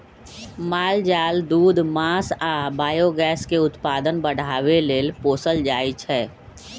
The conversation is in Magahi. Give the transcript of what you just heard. माल जाल दूध मास आ बायोगैस के उत्पादन बढ़ाबे लेल पोसल जाइ छै